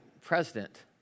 president